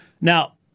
Now